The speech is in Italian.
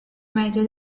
medio